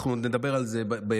עוד נדבר על זה בהמשך,